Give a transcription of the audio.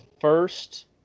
first